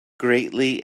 greatly